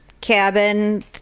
cabin